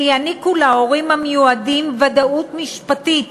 שיעניקו להורים המיועדים ודאות משפטית